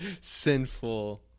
sinful